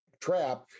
trap